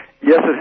Yes